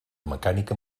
mecànica